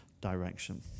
direction